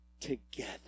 together